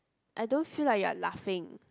I don't feel like you are laughing